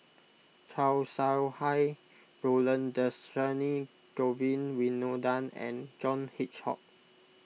Chow Sau Hai Roland Dhershini Govin Winodan and John Hitchcock